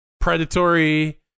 predatory